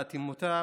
באטימותה,